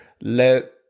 let